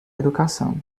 educação